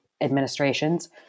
administrations